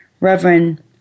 Reverend